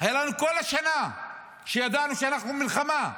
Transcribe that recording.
הייתה לנו כל השנה שידענו שאנחנו במלחמה,